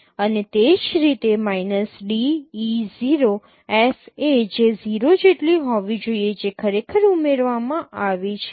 અને તે જ રીતે d e 0 FA જે 0 જેટલી હોવી જોઈએ જે ખરેખર ઉમેરવામાં આવી છે